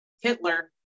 Hitler